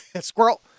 Squirrel